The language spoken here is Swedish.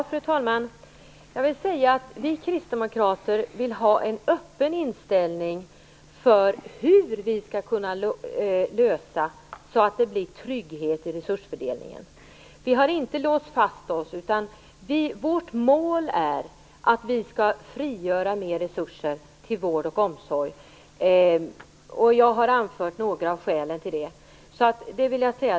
Fru talman! Vi kristdemokrater vill ha en öppen inställning till hur vi skall kunna skapa trygghet i resursfördelningen. Vi har inte låst fast oss, utan vårt mål är att frigöra mer resurser till vård och omsorg, och jag har anfört några av skälen till detta.